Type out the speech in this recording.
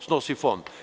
Snosi Fond.